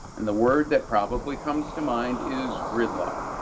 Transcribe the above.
and the word that probably comes to mind is gridlock.